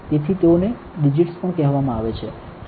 તેથી તેઓને ડિજિટ્સ પણ કહેવામાં આવે છે